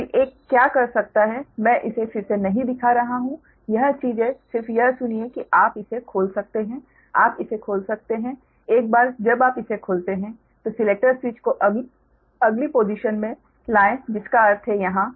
कोई एक क्या कर सकता है मैं इसे फिर से नहीं दिखा रहा हूं यह चीजें सिर्फ यह सुनिए कि आप इसे खोल सकते हैं आप इसे खोल सकते हैं एक बार जब आप इसे खोलते हैं तो सिलेक्टर स्विच को अगली पोसिशन में लाए जिसका अर्थ है यहां